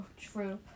true